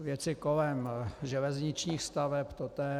Věci kolem železničních staveb totéž.